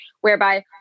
whereby